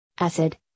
acid